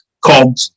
called